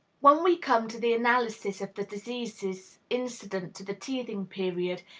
when we come to the analysis of the diseases incident to the teething period,